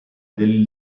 del